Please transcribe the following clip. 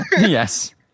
Yes